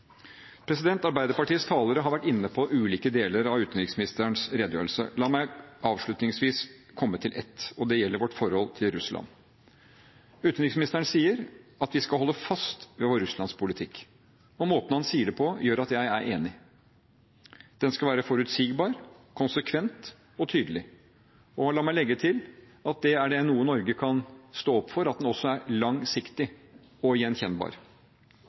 Arbeiderpartiets talere har vært inne på ulike deler av utenriksministerens redegjørelse. La meg avslutningsvis komme inn på én av dem, og det gjelder vårt forhold til Russland. Utenriksministeren sier at vi skal holde fast ved vår Russland-politikk. Og måten han sier det på, gjør at jeg er enig. Den skal være forutsigbar, konsekvent og tydelig og – la meg legge til at det er noe Norge kan stå opp for – at den også er langsiktig og gjenkjennbar.